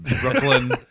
Brooklyn